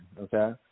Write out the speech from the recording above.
okay